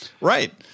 Right